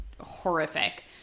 horrific